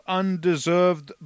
undeserved